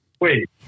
wait